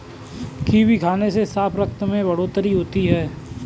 kiwi खाने से साफ रक्त में बढ़ोतरी होती है